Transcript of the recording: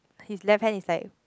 his left hand is like